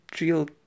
real